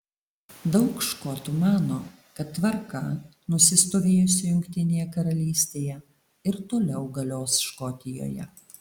daug škotų mano kad tvarka nusistovėjusi jungtinėje karalystėje ir toliau galios škotijoje